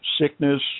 sickness